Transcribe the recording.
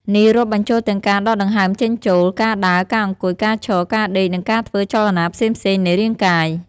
នេះរាប់បញ្ចូលទាំងការដកដង្ហើមចេញចូល ការដើរ ការអង្គុយ ការឈរ ការដេក និងការធ្វើចលនាផ្សេងៗនៃរាងកាយ។